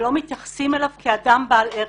שלא מתייחסים אליו כאדם בעל ערך,